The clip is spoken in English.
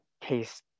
case